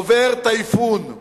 עובר טייפון,